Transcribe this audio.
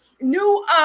new